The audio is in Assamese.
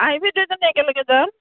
আহিবি দুইজনী একেলগে যাম